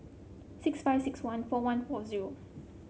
six five six one four one four zero